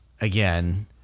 Again